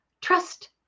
trust